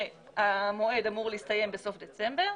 שהמועד אמור להסתיים בסוף דצמבר,